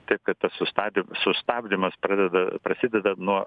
taip kad tas įstatymn sustabdymas pradeda prasideda nuo